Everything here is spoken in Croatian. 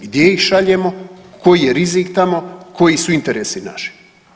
Gdje ih šaljemo, koji je rizik tamo, koji su interesi naši.